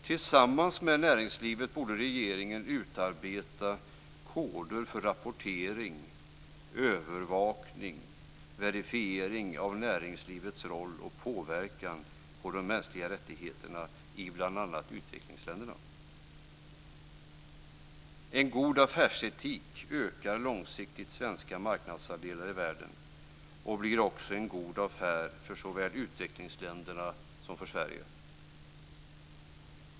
Tillsammans med näringslivet borde regeringen utarbeta koder för rapportering, övervakning och verifiering av näringslivets roll och påverkan på de mänskliga rättigheterna i bl.a. utvecklingsländerna. En god affärsetik ökar långsiktigt svenska marknadsandelar i världen och blir också en god affär såväl för utvecklingsländerna som för Sverige.